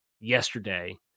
yesterday